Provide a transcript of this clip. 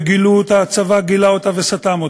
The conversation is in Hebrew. וגילו אותה, הצבא גילה אותה וסתם אותה,